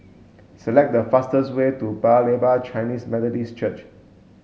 select the fastest way to Paya Lebar Chinese Methodist Church